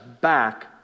back